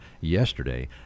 yesterday